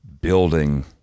building